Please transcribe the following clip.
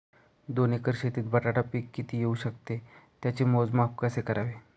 दोन एकर शेतीत बटाटा पीक किती येवू शकते? त्याचे मोजमाप कसे करावे?